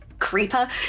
creeper